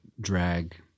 drag